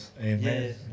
Amen